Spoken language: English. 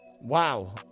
wow